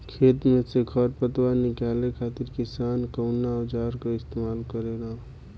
खेत में से खर पतवार निकाले खातिर किसान कउना औजार क इस्तेमाल करे न?